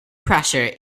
pressure